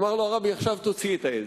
אמר לו הרבי: עכשיו תוציא את העז.